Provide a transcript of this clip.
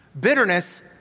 Bitterness